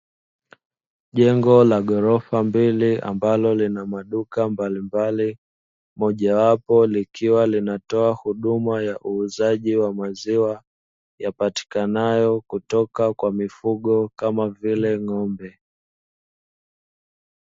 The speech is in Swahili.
Jengo la ghorofa mbili ambalo lina maduka mbalimbali, mojawapo likiwa linatoa huduma ya uuzaji wa maziwa yapatikanayo kutoka kwa mifugo kama vile ng'ombe.